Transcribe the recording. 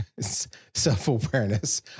self-awareness